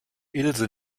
ilse